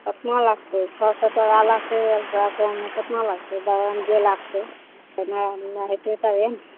कतना लागतै छओ सओ टका लागतै अल्ट्रासाउण्डके कतना लागतै दवाइमे जे लागतै ओतना हेतै तभिए ने